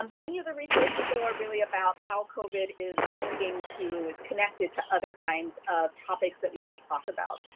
um many of the resources so are really about how covid is linking to it's connected to other kinds of top that we might talk about.